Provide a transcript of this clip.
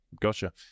Gotcha